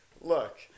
look